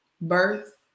birth